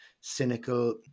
cynical